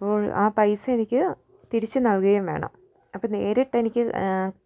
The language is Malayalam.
അപ്പോൾ ആ പൈസ എനിക്ക് തിരിച്ച് നൽകുകയും വേണം അപ്പം നേരിട്ടെനിക്ക്